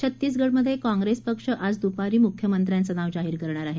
छत्तीसगडमध्ये कॉंग्रेस पक्ष आज दुपारी मुख्यमंत्र्यांचं नाव जाहीर करणार आहे